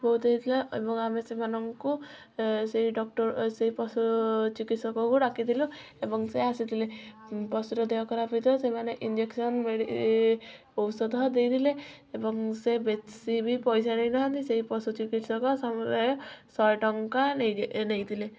ବହୁତ ହେଇଥିଲା ଏବଂ ଆମେ ସେମାନଙ୍କୁ ସେଇ ଡକ୍ଟର ସେଇ ପଶୁ ଚିକିତ୍ସକକୁ ଡାକିଥିଲୁ ଏବଂ ସେ ଆସିଥିଲେ ପଶୁର ଦେହ ଖରାପ ହୋଇଥିବାରୁ ସେମାନେ ଇଞ୍ଜେକ୍ସନ୍ ଔଷଧ ଦେଇଥିଲେ ଏବଂ ସେ ବେଶୀ ବି ପଇସା ନେଇ ନାହାନ୍ତି ସେଇ ପଶୁ ଚିକିତ୍ସକ ସମୁଦାୟ ଶହେ ଟଙ୍କା ନେଇଥିଲେ